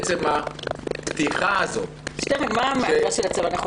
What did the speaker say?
עצם הפתיחה הזאת --- מה נכון בעמדה של הצבא?